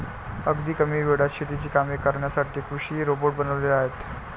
अगदी कमी वेळात शेतीची कामे करण्यासाठी कृषी रोबोट बनवले आहेत